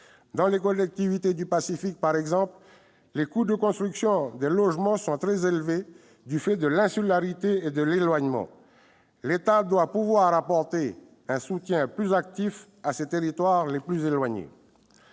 Dans les collectivités du Pacifique, par exemple, les coûts de construction des logements sont très élevés, du fait de l'insularité et de l'éloignement. L'État doit pouvoir apporter un soutien plus actif à ses territoires les plus éloignés.